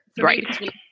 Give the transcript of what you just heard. right